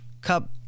cup